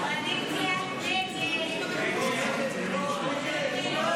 ההסתייגויות לסעיף 10 בדבר הפחתת תקציב לא